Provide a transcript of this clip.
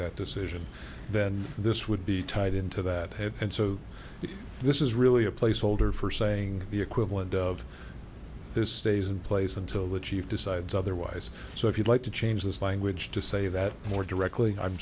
that decision then this would be tied into that head and so this is really a placeholder for saying the equivalent of this stays in place until the chief decides otherwise so if you'd like to change this language to say that more directly i'm